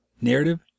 Narrative